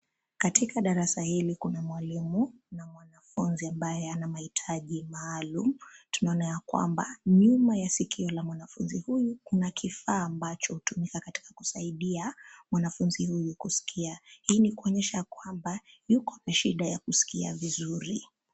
Katika darasa hili kuna mwalimu, na mwanafunzi ambaye ana mahitaji maalum, tunaona ya kwamba nyuma ya sikio la mwanafunzi huyu kuna kifaa ambacho hutumika katika kusaidia, mwanafunzi huyu kuskia, hii ni kuonyesha kwamba, yuko na shida ya kusikia vizuri.